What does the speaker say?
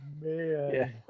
man